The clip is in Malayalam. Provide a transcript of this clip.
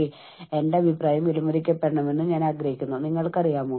എനിക്ക് എന്റെ സഹപ്രവർത്തകരെ ഇഷ്ടപ്പെടുകയോ ഇഷ്ടപ്പെടാതിരിക്കുകയോ ചെയ്യാം